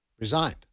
resigned